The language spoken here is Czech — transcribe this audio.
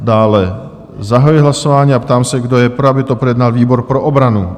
Dále zahajuji hlasování a ptám se, kdo je pro, aby to projednal výbor pro obranu?